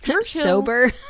Sober